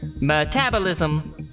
metabolism